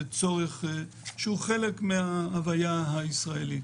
שהוא חלק מההוויה הישראלית.